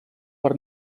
per